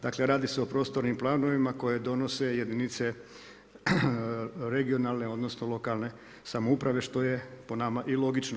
Dakle, radi se o prostornim planovima koje donose jedinice regionalne, odnosno lokalne samouprave što je po nama i logično.